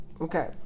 okay